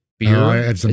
Beer